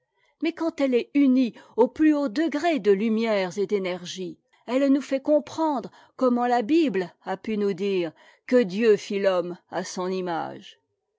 mais quand ette est unie au plus haut degré de lumières et d'énergie elle nous fait comprendre comment la bible a pu nous dire que dieu fit l'homme à son image